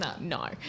no